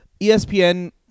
ESPN